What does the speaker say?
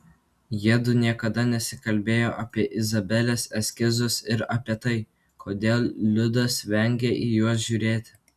jiedu niekada nesikalbėjo apie izabelės eskizus ir apie tai kodėl liudas vengia į juos žiūrėti